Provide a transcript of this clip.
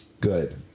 Good